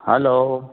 hello